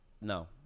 No